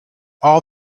all